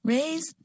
Raise